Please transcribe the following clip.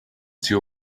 two